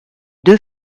deux